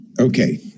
Okay